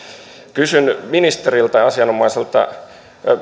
kysyn asianomaiselta ministeriltä